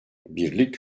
birlik